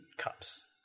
cups